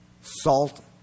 Salt